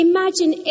Imagine